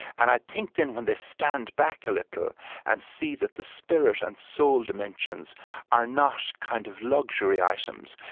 and i think, then, when they stand back a little and see that the spirit and soul dimensions are not kind of luxury items,